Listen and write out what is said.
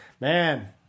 man